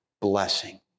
blessing